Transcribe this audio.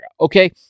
Okay